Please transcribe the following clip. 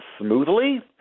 smoothly